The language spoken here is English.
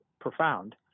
profound